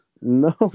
No